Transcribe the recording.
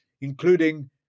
including